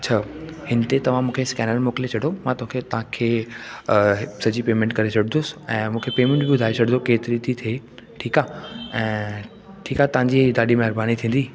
छह हिन ते तव्हां मूंखे स्केनर मोकिले छॾो मां तोखे तव्हांखे सॼी पेमेंट करे छॾंदुसि ऐं मूंखे पेमेंट ॿुधाए छॾिजो केतिरी थी थिए ठीकु आहे ऐं ठीकु आहे तव्हांजी ॾाढी महिरबानी थींदी